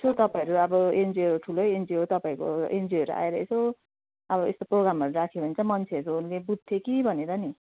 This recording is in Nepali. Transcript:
यसो तपाईँहरू अब एनजिओ ठुलै एनजिओ हो तपाईँको एनजिओहरू आएर यसो अब यस्तो प्रोगामहरू राख्यो भने त मान्छेहरूले नि बुझ्थ्यो कि भनेर नि